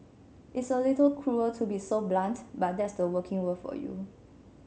it's a little cruel to be so blunt but that's the working world for you